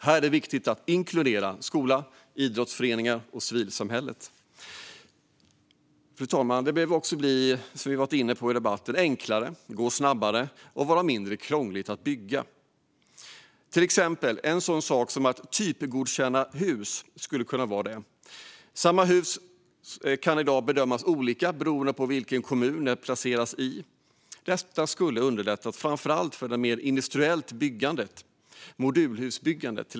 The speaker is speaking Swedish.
Här är det viktigt att inkludera skola, idrottsföreningar och civilsamhälle. Fru talman! Som vi redan varit inne på i debatten behöver det också bli enklare, gå snabbare och vara mindre krångligt att bygga. Till exempel borde hus kunna typgodkännas. Samma hus kan i dag bedömas olika beroende på i vilken kommun det placeras. Typgodkännande skulle underlätta framför allt för det mer industriella byggandet, till exempel modulhusbyggandet.